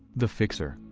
the fixer,